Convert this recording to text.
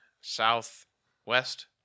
southwest